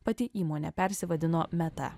pati įmonė persivadino meta